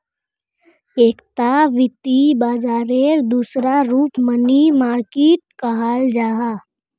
एकता वित्त बाजारेर दूसरा रूप मनी मार्किट कहाल जाहा